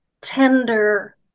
tender